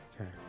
Okay